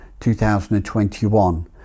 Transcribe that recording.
2021